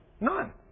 None